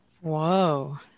Whoa